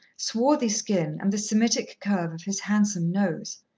swarthy skin and the semitic curve of his handsome nose.